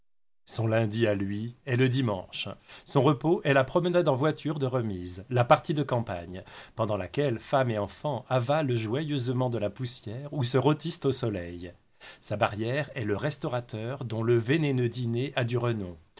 son lundi à lui est le dimanche son repos est la promenade en voiture de remise la partie de campagne pendant laquelle femme et enfants avalent joyeusement de la poussière ou se rôtissent au soleil sa barrière est le restaurateur dont le vénéneux dîner a du renom